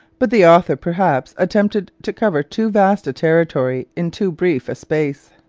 but the author perhaps attempted to cover too vast a territory in too brief a space.